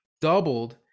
doubled